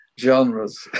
genres